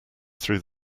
through